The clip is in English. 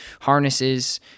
harnesses